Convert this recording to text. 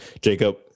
Jacob